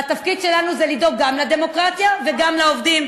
והתפקיד שלנו זה לדאוג גם לדמוקרטיה וגם לעובדים,